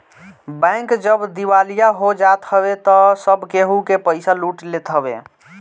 bank जब दिवालिया हो जात हवे तअ सब केहू के पईसा लूट लेत हवे